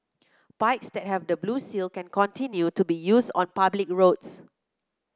bikes that have the blue seal can continue to be used on public roads